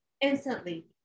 instantly